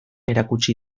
erakutsi